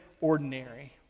ordinary